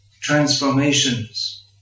transformations